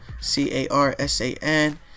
c-a-r-s-a-n